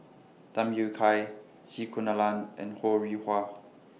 Tham Yui Kai C Kunalan and Ho Rih Hwa